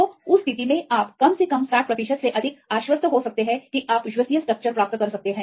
तो उस स्थिति में आप कम से कम 60 प्रतिशत से अधिक आश्वस्त हो सकते हैं कि आप विश्वसनीय स्ट्रक्चर प्राप्त कर सकते हैं